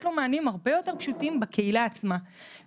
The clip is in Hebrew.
לו מענים הרבה יותר פשוטים בקהילה עצמה.